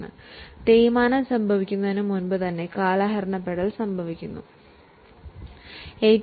അതിനാൽ ഉപയോഗപ്രദമായ ആയുസ്സ് തേയ്മാനത്തിലൂടെ നഷ്ടപ്പെടുന്നതിന് മുമ്പുതന്നെ കാലഹരണപ്പെടൽ കാരണം അതിൻ്റെ മൂല്യം നഷ്ടപ്പെടും